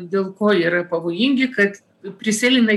dėl ko yra pavojingi kad prisėlina